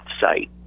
site